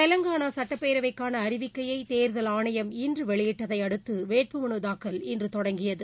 தெலங்கானா சுட்டப்பேரவைக்கான அறிவிக்கையை தோதல் ஆணையம் இன்று வெளியிட்டதையடுத்து வேட்புமனு தாக்கல் இன்று தொடங்குகிறது